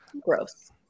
Gross